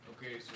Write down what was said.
Okay